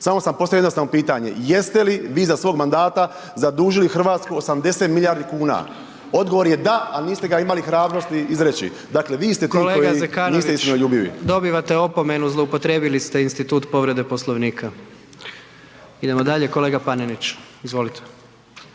Samo sam postavio jednostavno pitanje jeste li vi za svog mandata zadužili Hrvatsku 80 milijardi kuna, odgovor je da ali niste ga imali hrabrosti izreći. Dakle vi ste ti koji niste istinoljubivi. **Jandroković, Gordan (HDZ)** Kolega Zekanović, dobivate opomenu, zloupotrijebili ste institut povrede Poslovnika. Idemo dalje, kolega Panenić, izvolite.